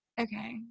Okay